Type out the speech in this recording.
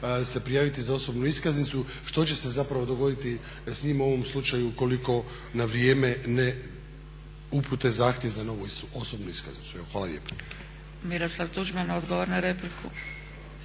se prijaviti za osobnu iskaznicu, što će se zapravo dogoditi s njima u ovom slučaju ukoliko na vrijeme ne upute zahtjev za novu osobnu iskaznicu. Evo, hvala lijepo. **Zgrebec, Dragica (SDP)** Miroslav Tuđman, odgovor na repliku.